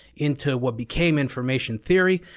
into what became information theory.